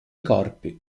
corpi